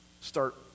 start